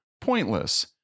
Pointless